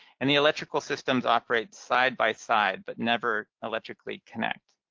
and the electrical systems operate side-by-side but never electrically connect.